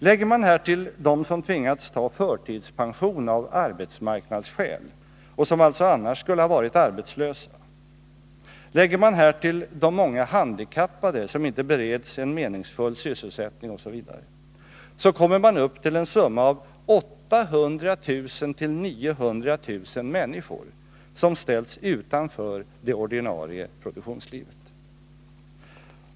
Lägger man härtill dem som tvingats ta förtidspension av arbetsmarknadsskäl och som alltså annars skulle ha varit arbetslösa, de många handikappade som inte bereds en meningsfull sysselsättning osv., så kommer man upp till en summa av 800 000-900 000 människor, som ställts utanför det ordinarie produktionslivet.